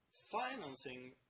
financing